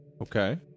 Okay